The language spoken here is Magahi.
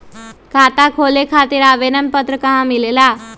खाता खोले खातीर आवेदन पत्र कहा मिलेला?